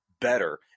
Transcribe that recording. better